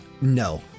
No